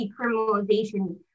decriminalization